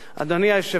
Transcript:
אדוני היושב-ראש,